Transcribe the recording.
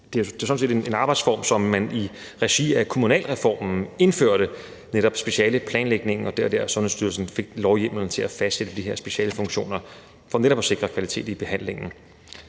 Det var jo sådan set en arbejdsform, som man i regi af kommunalreformen indførte, altså specialeplanlægningen. Og det var der, Sundhedsstyrelsen fik lovhjemmel til at fastsætte de her specialfunktioner for netop at sikre kvalitet i behandlingen.